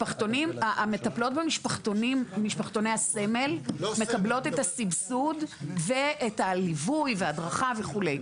המטפלות במשפחתוני הסמל מקבלות את הסבסוד ואת הליווי ואת ההדרכה וכו',